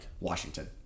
Washington